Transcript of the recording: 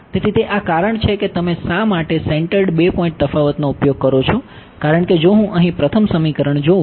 તેથી તે આ કારણ છે કે તમે શા માટે સેંટર્ડ બે પોઇન્ટ તફાવતનો ઉપયોગ કરો છો કારણ કે જો હું અહીં પ્રથમ સમીકરણ જોઉં